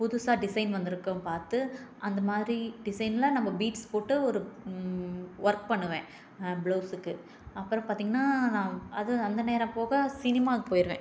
புதுசா டிசைன் வந்திருக்கும் பார்த்து அந்தமாதிரி டிசைனில் நம்ம பீட்ஸ் போட்டு ஒரு ஒர்க் பண்ணுவேன் பிளவுஸுக்கு அப்புறம் பார்த்திங்ன்னா அது அந்த நேரம் போக சினிமாக்கு போய்டுவேன்